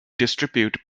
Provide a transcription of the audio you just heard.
distribute